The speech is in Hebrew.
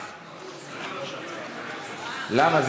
למה?